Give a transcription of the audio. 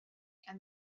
and